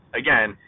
again